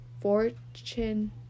fortune